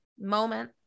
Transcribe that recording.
moment